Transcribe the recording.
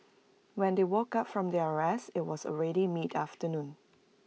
when they woke up from their rest IT was already mid afternoon